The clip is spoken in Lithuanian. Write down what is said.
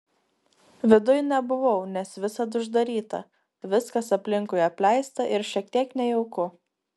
viduj nebuvau nes visad uždaryta viskas aplinkui apleista ir šiek tiek nejauku